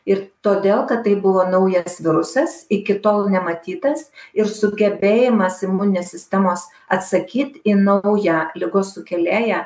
ir todėl kad tai buvo naujas virusas iki tol nematytas ir sugebėjimas imuninės sistemos atsakyt į naują ligos sukėlėją